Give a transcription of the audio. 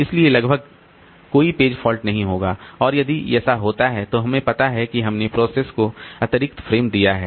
इसलिए लगभग कोई पेज फॉल्ट नहीं होगा और यदि ऐसा होता है तो हमें पता है कि हमने प्रोसेस को अतिरिक्त फ्रेम दिया है